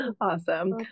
Awesome